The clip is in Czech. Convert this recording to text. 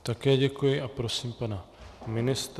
Také děkuji a prosím pana ministra.